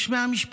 יש 100 משפחות,